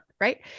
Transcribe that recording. Right